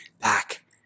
back